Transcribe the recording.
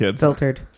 filtered